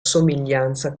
somiglianza